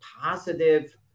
positive